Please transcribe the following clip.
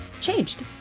changed